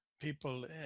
people